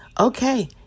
Okay